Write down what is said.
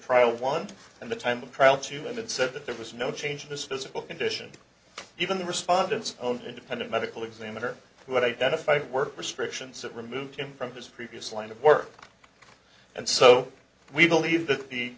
trial want and the time of trial to him and said that there was no change in his physical condition even the respondents own independent medical examiner who had identified work restrictions that removed him from his previous line of work and so we believe that the